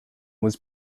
was